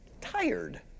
tired